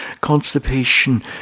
Constipation